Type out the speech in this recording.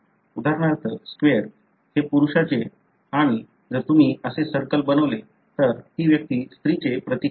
उदाहरणार्थ स्क्वेर हे पुरुषाचे आणि जर तुम्ही असे सर्कल बनवले तर ती व्यक्ती स्त्रीचे प्रतीक आहे